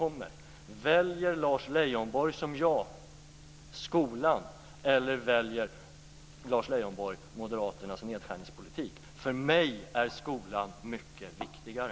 Väljer alltså Lars Leijonborg, som jag gör, skolan, eller väljer Lars Leijonborg Moderaternas nedskärningspolitik? För mig är skolan mycket viktigare.